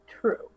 True